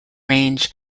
range